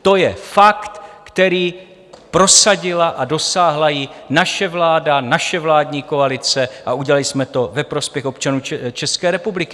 To je fakt, který prosadila a dosáhla jí naše vláda, naše vládní koalice, a udělali jsme to ve prospěch občanů České republiky.